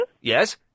Yes